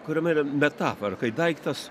kuriame yra metafora kai daiktas